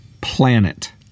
planet